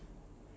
ya